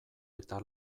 eta